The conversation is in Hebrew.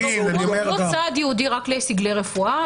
זה לא צעד ייעודי רק לסגלי רפואה,